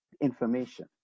information